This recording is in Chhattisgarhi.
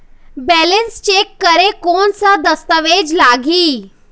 बैलेंस चेक करें कोन सा दस्तावेज लगी?